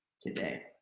today